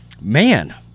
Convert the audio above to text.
man